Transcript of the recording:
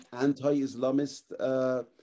anti-Islamist